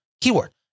keyword